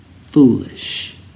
foolish